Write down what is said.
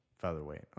featherweight